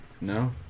No